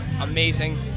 amazing